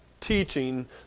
Teaching